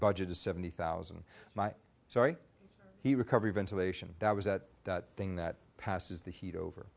budget is seventy thousand my sorry he recovery ventilation that was at that thing that passes the heat over